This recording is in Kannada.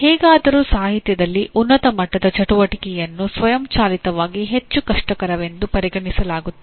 ಹೇಗಾದರೂ ಸಾಹಿತ್ಯದಲ್ಲಿ ಉನ್ನತ ಮಟ್ಟದ ಚಟುವಟಿಕೆಯನ್ನು ಸ್ವಯಂಚಾಲಿತವಾಗಿ ಹೆಚ್ಚು ಕಷ್ಟಕರವೆಂದು ಪರಿಗಣಿಸಲಾಗುತ್ತದೆ